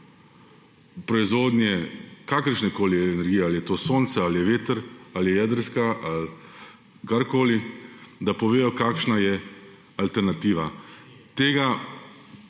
proizvodnje kakršnekoli energije – ali je to sonce, veter ali jedrska ali kakorkoli –, da povedo kakšna je alternativa. Tega